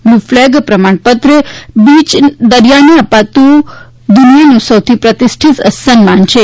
blue flag પ્રમાણપત્ર બીચને દરિયા કિનારાનું અપાતું દુનિયાનું સૌથી પ્રતિષ્ઠીત સન્માન છે